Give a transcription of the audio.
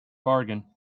bargain